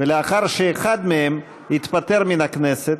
ומאחר שאחד מהם התפטר מהכנסת,